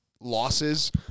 losses